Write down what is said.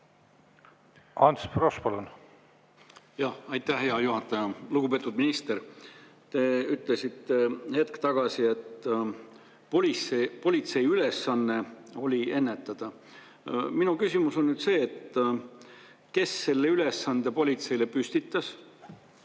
Ants Frosch, palun! Aitäh, hea juhataja! Lugupeetud minister! Te ütlesite hetk tagasi, et politsei ülesanne oli ennetada. Minu küsimus on see, et kes selle ülesande politseile püstitas